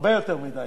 הרבה יותר מדי.